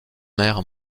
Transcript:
mère